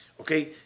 Okay